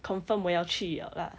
confirm 我要去了 lah